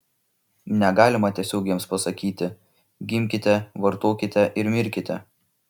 negalima tiesiog jiems pasakyti gimkite vartokite ir mirkite